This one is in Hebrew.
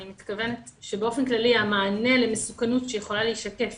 אני מתכוונת שבאופן כללי המענה למסוכנות שיכולה להישקף